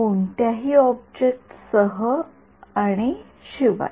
कोणत्याही ऑब्जेक्ट सह आणि शिवाय